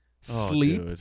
sleep